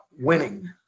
winning